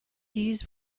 these